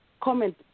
comment